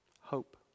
hope